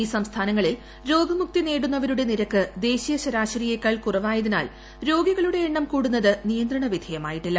ഈ സംസ്ഥാനങ്ങളിൽ രോഗമുക്തി നേടുന്നവരുടെ നിരക്ക് ദേശീയ ശരാശരിയേക്കാൾ കുറവായതിനാൽ രോഗികളുടെ എണ്ണം കൂടുന്നത് നിയന്ത്രണ വിധേയമായിട്ടില്ല